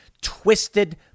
twisted